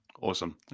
Awesome